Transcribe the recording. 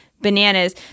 bananas